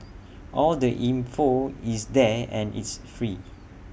all the info is there and it's free